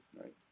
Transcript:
right